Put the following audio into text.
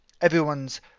everyone's